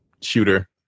shooter